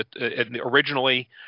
originally